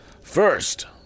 first